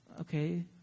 Okay